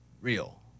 real